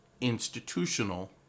institutional